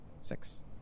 Six